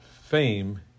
fame